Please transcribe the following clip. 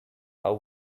how